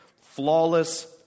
flawless